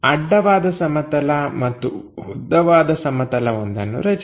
ಅಡ್ಡವಾದ ಸಮತಲ ಮತ್ತು ಉದ್ದವಾದ ಸಮತಲವೊಂದನ್ನು ರಚಿಸಿ